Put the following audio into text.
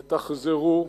ותחזרו,